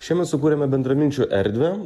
šiemet sukurėme bendraminčių erdvę